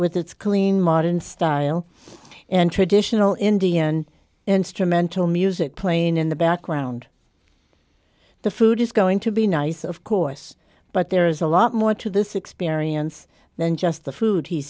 with its clean modern style and traditional indian instrumental music playing in the background the food is going to be nice of course but there is a lot more to this experience than just the food he